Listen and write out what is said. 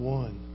one